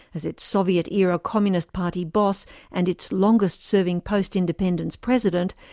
as its soviet-era communist party boss and its longest-serving post-independence president,